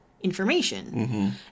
information